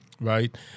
right